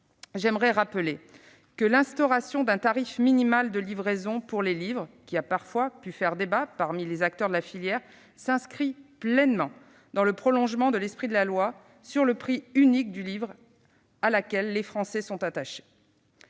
j'aimerais rappeler que l'instauration d'un tarif minimal de livraison pour les livres, qui a parfois pu faire débat parmi les acteurs de la filière, s'inscrit pleinement dans le prolongement de l'esprit de la loi sur le prix unique du livre, à laquelle les Français sont attachés.